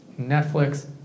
Netflix